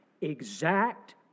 exact